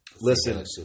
Listen